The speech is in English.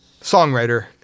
Songwriter